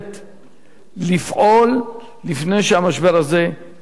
לפעול לפני שהמשבר הזה יחלחל אלינו.